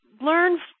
learn